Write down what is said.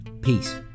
Peace